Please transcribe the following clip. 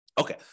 Okay